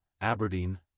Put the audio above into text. Aberdeen